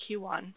Q1